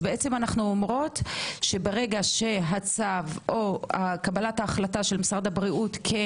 אז אנו אומרות שברגע שהצו או קבלת ההחלטה של משרד הבריאות כן